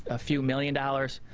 a few million dollars.